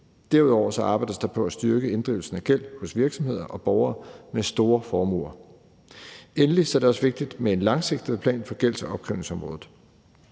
Derudover arbejdes der på at styrke inddrivelsen af gæld hos virksomheder og borgere med store formuer, og endelig er det også vigtigt med en langsigtet plan for gælds- og opkrævningsområdet.